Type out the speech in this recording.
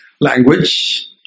language